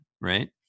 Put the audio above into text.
right